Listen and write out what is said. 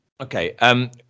Okay